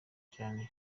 cyane